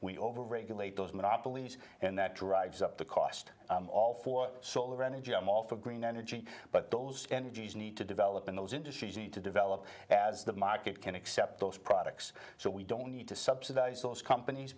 we overregulate those monopolies and that drives up the cost of all for solar energy i'm all for green energy but those energies need to develop and those industries need to develop as the market can accept those products so we don't need to subsidize those companies